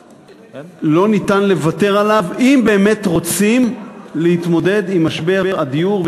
ולא ניתן לוותר עליו אם באמת רוצים להתמודד עם משבר הדיור.